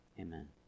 Amen